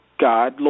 god